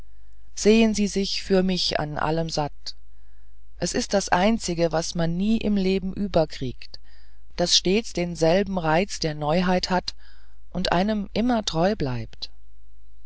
sehen sie sich für mich an alledem satt es ist das einzige was man nie im leben überkriegt was stets denselben reiz der neuheit hat und einem immer treu bleibt